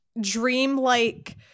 dreamlike